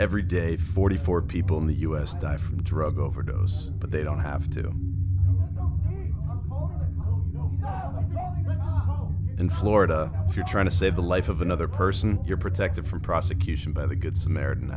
every day forty four people in the u s die from drug overdose but they don't have to in florida if you're trying to save the life of another person you're protected from prosecution by the good samaritan